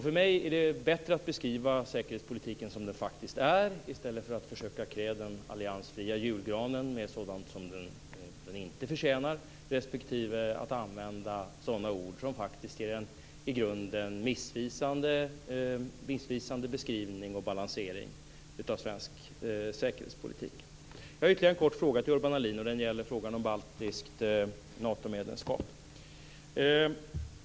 För mig är det alltså bättre att beskriva säkerhetspolitiken som den faktiskt är i stället för att försöka klä den alliansfria julgranen med sådant som den inte förtjänar respektive att använda sådana ord som faktiskt ger en i grunden missvisande beskrivning och balansering av svensk säkerhetspolitik. Jag har ytterligare en kort fråga till Urban Ahlin, och den gäller frågan om baltiskt Natomedlemskap.